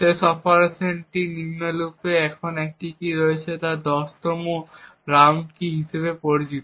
শেষ অপারেশনটি নিম্নরূপ এটিতে একটি কী রয়েছে যা 10 তম রাউন্ড কী হিসাবে পরিচিত